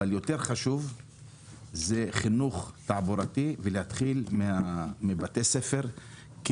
אבל יותר חשוב זה חינוך תעבורתי ולהתחיל מבתי הספר כי